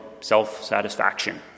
self-satisfaction